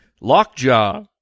Lockjaw